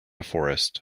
forest